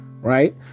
Right